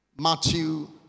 Matthew